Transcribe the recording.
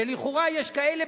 שלכאורה יש כאלה,